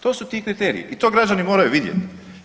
To su ti kriteriji i to građani moraju vidjeti.